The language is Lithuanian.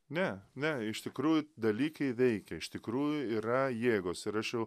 ne ne iš tikrųjų dalykai veikia iš tikrųjų yra jėgos ir aš jau